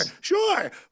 sure